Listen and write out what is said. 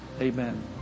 Amen